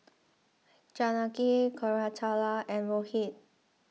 Janaki Koratala and Rohit